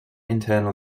internal